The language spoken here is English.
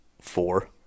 four